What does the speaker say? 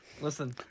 Listen